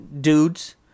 dudes